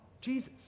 Jesus